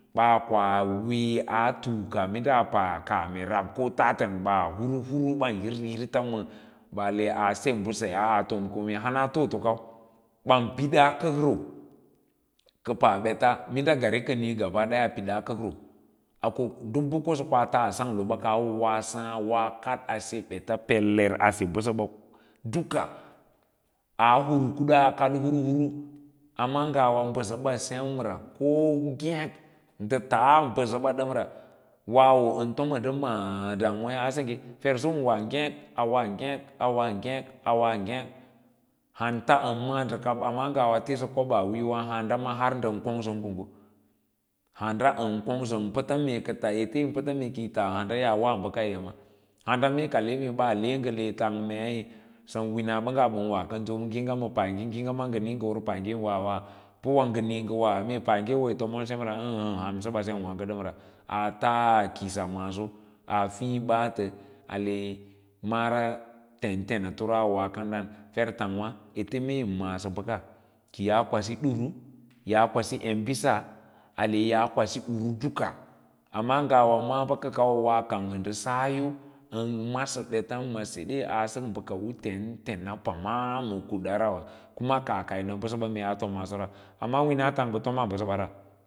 Ɓaa koa wee aa tuuka mīnɗa a pa kaame rab ko tatən baa hwu huru ɓan hirsə hirta ale ase mbəse yaa aa tom kome yǎ hana fo oto kau ɓam pidas kəkor ka pa ɓeta minda gari niu gaba daya a píɗad kəkoo a ko bə kosə koa tas sanglo sǎǎd ɓa a woa saã a kaɗ a se ɓeta peler a se bəsəɓa duka aa hur kuda ga kad hur hur amma ngawa mbəsə ɓa semra ko ngêk ndə tas mbəsəɓa ɗəm ta wawo ən tomo ndə mas damuwa ‘yâ a sengge fer usson wa agék a wa ngêk, a wa ngêk, a wa ngêk han ka maã amma ngawa tisə kobaa wiyawa handa ma hao ndən kobah wiyowa handa ma ho ndən kongsən konggo handa ən konggə ən pəta mee ete yín pəta mee ki yi tas harda yaa wa bəka yi yǎma handa me ka mee ɓaa le ngə le tangə mai səma winabəngg sən wa kənso ngiĩga paage, ngiĩga ngə nǐî ngə hoo paagen wa wa pə wo ngə niĩ ngə wa mee paye yi wo yi tomon semra ə́ə́ ə́ə́ hansəɓa sem wǎǎgo ɗəmra aa tas kiss maaɓo aa fiĩ ɓaatə əə nara tentenato na awoa kanan fer tang’wà ete mee yi ma’âsə bəka kiyaa kwabi duru yaa kwabi embisa ale yaa kwasi uru alaka amma ngawa maǎ bə kaɓo woa a kang ə ndə saayi ən masə ɓetan ma seɗe aa sək bəka u tenatena pamag ma u kundara wa kuma ka kaah yī bəsəba meea tom masora amaura loina tang bə tomaa bəsəɓara.